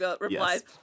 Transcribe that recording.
replies